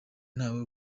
ntawe